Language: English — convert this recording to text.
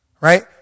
Right